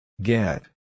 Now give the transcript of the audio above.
get